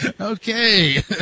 Okay